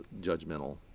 judgmental